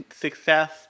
success